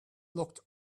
looked